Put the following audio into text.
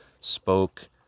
spoke